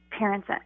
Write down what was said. parents